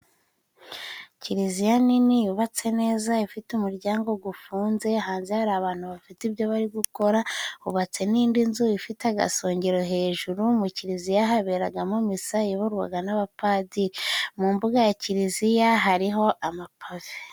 Kiliziya nini yubatse neza ifite umuryango gufunze hanze hari abantu bafite ibyo bari gukora hubatse n'indi nzu ifite agasongero hejuru mu kiliziya haberagamo misa iyoyoborwaga n'abapadiri mu mbuga ya kiliziya hari amapavi.